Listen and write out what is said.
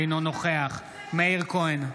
אינו נוכח מאיר כהן,